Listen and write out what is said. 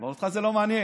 אבל אותך זה לא מעניין.